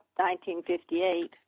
1958